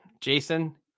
Jason